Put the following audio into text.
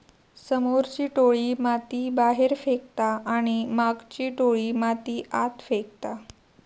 समोरची टोळी माती बाहेर फेकता आणि मागची टोळी माती आत फेकता